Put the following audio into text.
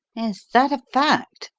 is that a fact?